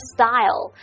Style